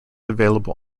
available